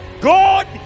God